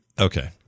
Okay